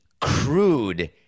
crude